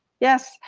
yes,